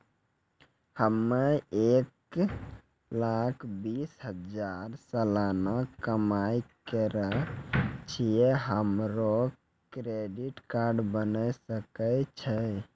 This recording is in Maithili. हम्मय एक लाख बीस हजार सलाना कमाई करे छियै, हमरो क्रेडिट कार्ड बने सकय छै?